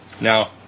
Now